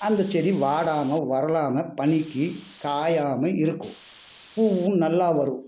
அந்தச் செடி வாடாமல் வரலாமா பனிக்கு காயாமல் இருக்கும் பூவும் நல்லா வரும்